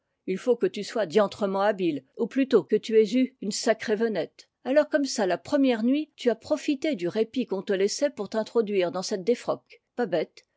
il faut que tu sois diantrement habile ou plutôt que tu aies eu une sacrée venette alors comme ça la première nuit tu as profité du répit qu'on te laissait pour t'introduire dans cette défroque pas bête